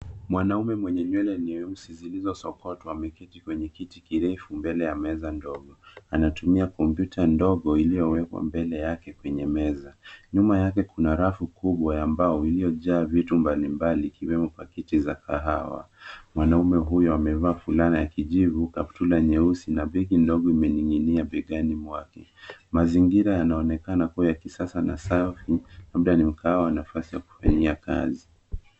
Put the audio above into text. Mwanaume mwenye nywele nyeusi zilizosokotwa ameketi kwenye kiti kirefu mbele ya meza ndogo. Anatumia kompyuta ndogo iliyowekwa mbele yake kwenye meza. Nyuma yake kuna rafu kubwa ya mbao iliyojaa vitu mbalimbali, ikiwemo pakiti za kahawa. Mwanaume huyo amevaa fulana ya kijivu, kaptura nyeusi na begi ndogo imeninginia begani mwake. Mazingira yanaonekana kuwa yakisasa na safi labda ni mkahawa ama nafasi yakufanyia kazi.